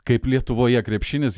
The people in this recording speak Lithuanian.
kaip lietuvoje krepšinis